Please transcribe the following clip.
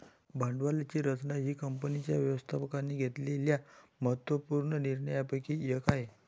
भांडवलाची रचना ही कंपनीच्या व्यवस्थापकाने घेतलेल्या महत्त्व पूर्ण निर्णयांपैकी एक आहे